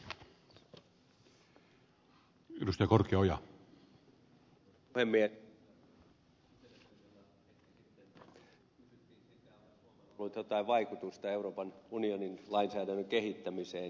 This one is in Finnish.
kyselytunnilla hetki sitten kysyttiin sitä onko suomella ollut jotain vaikutusta euroopan unionin lainsäädännön kehittämiseen